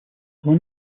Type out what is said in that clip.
only